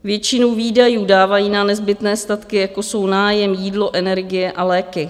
Většinu výdajů dávají na nezbytné statky, jako jsou nájem, jídlo, energie a léky.